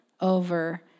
over